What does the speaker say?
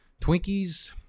twinkies